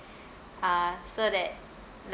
uh so that